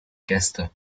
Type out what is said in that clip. gäste